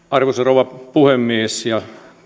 arvoisa rouva puhemies